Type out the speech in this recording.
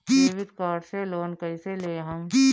Debit card से loan कईसे लेहम?